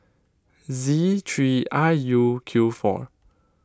Z three I U Q four